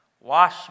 Wash